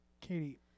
Katie